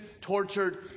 tortured